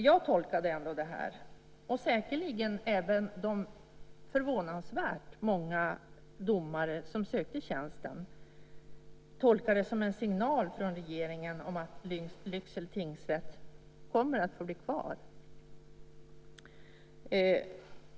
Jag - och säkerligen även de förvånansvärt många domare som sökte tjänsten - tolkade detta som en signal från regeringen om att Lycksele tingsrätt skulle komma att bli kvar.